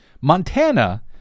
Montana